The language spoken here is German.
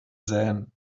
sähen